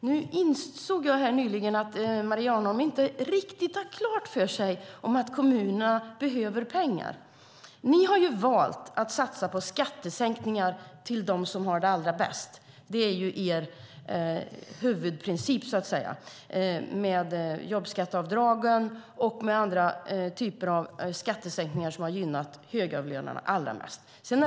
Jag insåg helt nyligen att Maria Arnholm inte riktigt har klart för sig att kommunerna behöver pengar. Ni har valt att satsa på skattesänkningar för dem som har det allra bäst. Det är er huvudprincip med jobbskatteavdragen och andra skattesänkningar som har gynnat högavlönade allra mest.